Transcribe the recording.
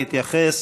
להתייחס